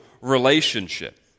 relationship